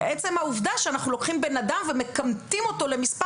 עצם העובדה שאנחנו לוקחים בן אדם ומכמתים אותו למספר